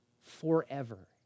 forever